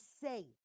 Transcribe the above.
say